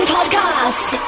Podcast